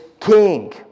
King